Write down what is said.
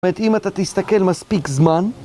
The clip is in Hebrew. זאת אומרת, אם אתה תסתכל מספיק זמן